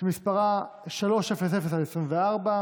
התשפ"ב 2022,